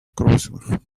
crossing